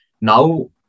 now